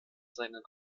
seinen